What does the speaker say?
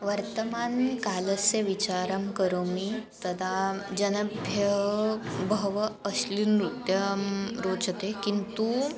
वर्तमानकालस्य विचारं करोमि तदा जनेभ्यः बहवः अस्लिनृत्यं रोचते किन्तु